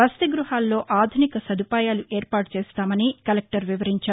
వసతి గ్బహాల్లో ఆధునిక సదుపాయాలు ఏర్పాటు చేస్తామని కలెక్టర్ వివరించారు